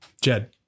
Jed